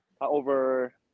over